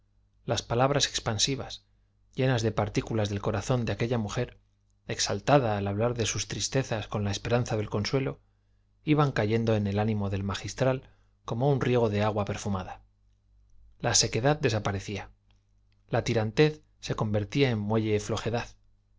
las palabras expansivas llenas de partículas del corazón de aquella mujer exaltada al hablar de sus tristezas con la esperanza del consuelo iban cayendo en el ánimo del magistral como un riego de agua perfumada la sequedad desaparecía la tirantez se convertía en muelle flojedad